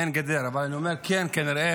אין גדר, אבל אני אומר, כן, כנראה